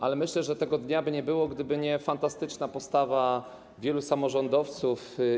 Ale myślę, że tego dnia by nie było, gdyby nie fantastyczna postawa wielu samorządowców.